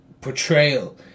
portrayal